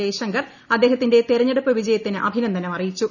ജയശങ്കർ അദ്ദേഹത്തിന്റെ തെരഞ്ഞെടുപ്പ് വിജയത്തിന് അഭിനന്ദനം അറിയിച്ചു